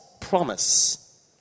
promise